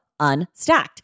Unstacked